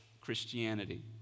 Christianity